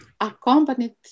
accompanied